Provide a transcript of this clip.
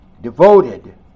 Devoted